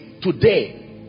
today